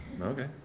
okay